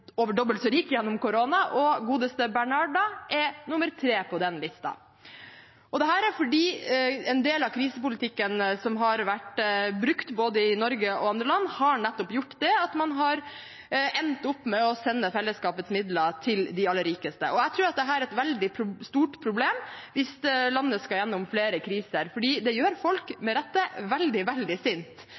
over dobbelt så rike gjennom koronatiden, og den godeste Bernard er nummer tre på den listen. Dette skjer fordi en del av krisepolitikken som har vært brukt både i Norge og andre land, nettopp har gjort at man har endt med å sende fellesskapets midler til de aller rikeste. Jeg tror at dette er et veldig stort problem hvis landet skal gjennom flere kriser, for det gjør folk – med rette – veldig, veldig